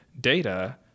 data